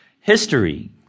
History